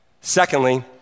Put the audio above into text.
secondly